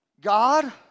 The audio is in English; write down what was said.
God